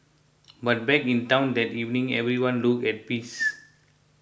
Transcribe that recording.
but back in town that evening everyone looked at peace